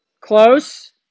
Close